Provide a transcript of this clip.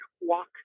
walk